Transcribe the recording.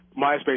MySpace